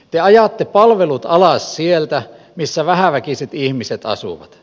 te ajatte palvelut alas sieltä missä vähäväkiset ihmiset asuvat